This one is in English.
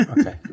okay